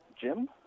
Jim